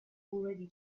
already